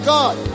God